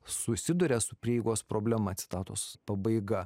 susiduria su prieigos problema citatos pabaiga